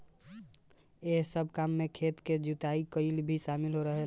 एह सब काम में खेत के जुताई कईल भी शामिल रहेला